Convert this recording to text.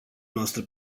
noastră